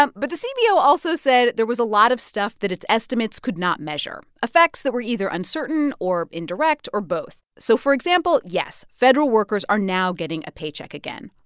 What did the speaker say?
um but the cbo also said there was a lot of stuff that its estimates could not measure effects that were either uncertain or indirect or both. so for example, yes, federal workers are now getting a paycheck again.